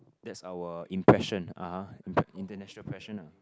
that's our impression (uh huh) international ah